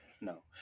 no